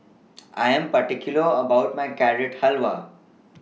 I Am particular about My Carrot Halwa